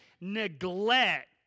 neglect